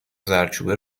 زردچوبه